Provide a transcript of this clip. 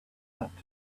back